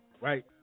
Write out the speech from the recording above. Right